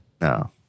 No